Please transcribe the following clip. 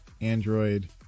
Android